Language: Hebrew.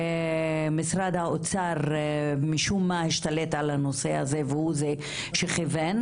ומשרד האוצר משום מה השתלט על הנושא הזה והוא זה שכיוון,